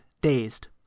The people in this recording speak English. dazed